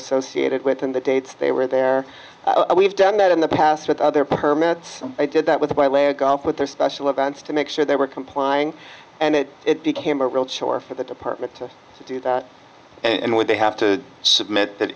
associated with and the dates they were there we've done that in the past with other permits i did that with my leg up with their special events to make sure they were complying and then it became a real chore for the department to do that and would they have to submit that